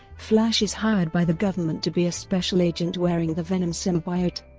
flash is hired by the government to be a special agent wearing the venom symbiote.